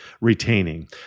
retaining